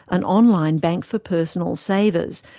an online bank for personal savers,